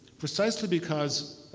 precisely because